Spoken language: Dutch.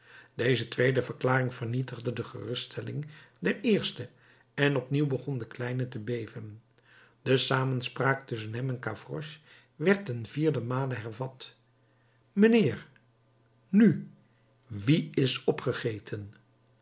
deze tweede verklaring vernietigde de geruststelling der eerste en opnieuw begon de kleine te beven de samenspraak tusschen hem en gavroche werd ten vierden male hervat mijnheer nu wie is opgegeten